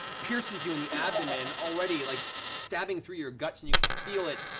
pierces you in the abdomen, already like stabbing through your guts, and you can feel it